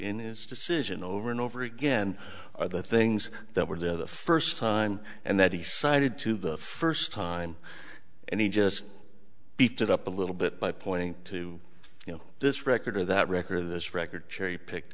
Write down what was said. in his decision over and over again are the things that were the first time and that he cited to the first time and he just beat it up a little bit by pointing to you know this record or that record of this record cherry picked